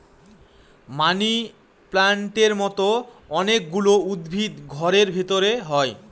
মানি প্লান্টের মতো অনেক গুলো উদ্ভিদ ঘরের ভেতরে হয়